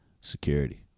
Security